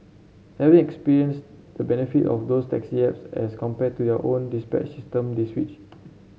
having experienced the benefit of those taxi apps as compared to your own dispatch system they switch